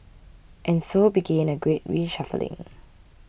and so began a great reshuffling